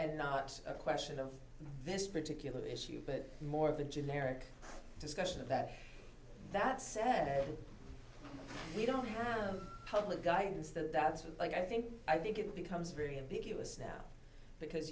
and not a question of this particular issue but more of a generic discussion of that that said we don't have public guidance that that's what i think i think it becomes very ambiguous now because